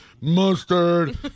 mustard